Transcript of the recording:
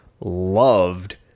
loved